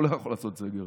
הוא לא יכול לעשות סגר.